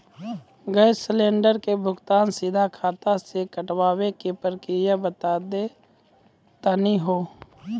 Gas cylinder के भुगतान सीधा खाता से कटावे के प्रक्रिया बता दा तनी हो?